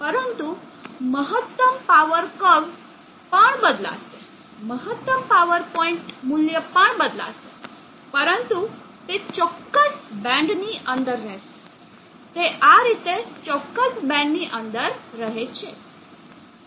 પરંતુ મહત્તમ power curve પણ બદલાશે મહત્તમ પાવર પોઇન્ટ મૂલ્ય પણ બદલાશે પરંતુ તે ચોક્કસ બેન્ડ ની અંદર રહેશે તે આ રીતે ચોક્કસ બેન્ડની અંદર રહેશે